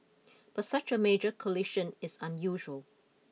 but such a major collision is unusual